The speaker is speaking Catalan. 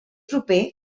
proper